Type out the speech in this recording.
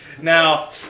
Now